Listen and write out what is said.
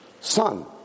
son